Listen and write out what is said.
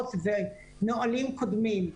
הוראות ונהלים קודמים.